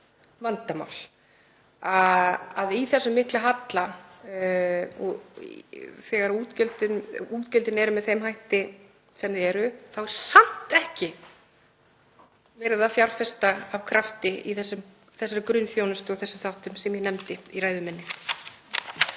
vandamál að í þessum mikla halla, þegar útgjöldin eru með þeim hætti sem þau eru, er samt ekki verið að fjárfesta af krafti í grunnþjónustu og þeim þáttum sem ég nefndi í ræðu minni.